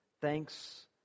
thanks